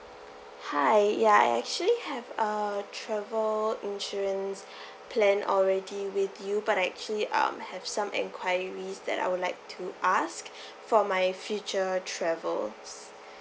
hi ya I actually have a travel insurance plan already with you but actually I'm have some enquiries that I would like to ask for my future travels